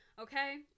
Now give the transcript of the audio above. Okay